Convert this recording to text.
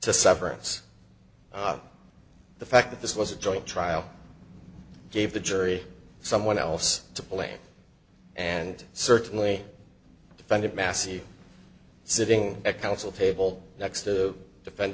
to severance the fact that this was a joint trial gave the jury someone else to blame and certainly defended massy sitting at counsel table next to defend